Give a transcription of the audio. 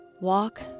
walk